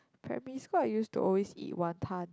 primary school I used to always eat wanton